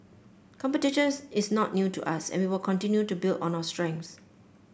competitions is not new to us and we will continue to build on our strengths